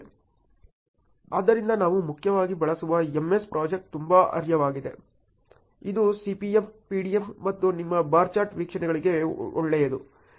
ಆದ್ದರಿಂದ ನಾವು ಮುಖ್ಯವಾಗಿ ಬಳಸುವ MS ಪ್ರಾಜೆಕ್ಟ್ ತುಂಬಾ ಅರ್ಹವಾಗಿದೆ ಇದು CPM PDM ಮತ್ತು ನಿಮ್ಮ ಬಾರ್ ಚಾರ್ಟ್ ವೀಕ್ಷಣೆಗಳಿಗೆ ಒಳ್ಳೆಯದು